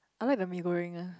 I like the mee-goreng ah